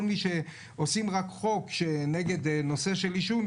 עושים רק חוק שנגד נושא העישון,